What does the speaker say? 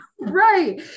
Right